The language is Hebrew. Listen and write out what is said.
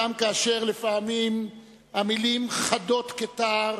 גם כאשר לפעמים המלים חדות כתער